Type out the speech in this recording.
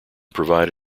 provide